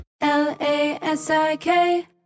L-A-S-I-K